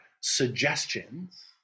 suggestions